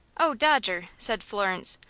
oh, dodger, said florence,